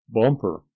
Bumper